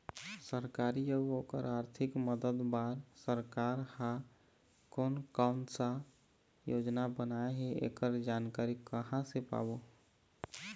सरकारी अउ ओकर आरथिक मदद बार सरकार हा कोन कौन सा योजना बनाए हे ऐकर जानकारी कहां से पाबो?